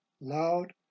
loud